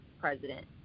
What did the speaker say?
president